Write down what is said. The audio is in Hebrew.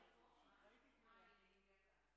הינני מתכבדת להודיעכם,